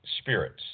spirits